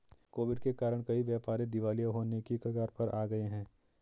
Covid के कारण कई व्यापारी दिवालिया होने की कगार पर आ गए हैं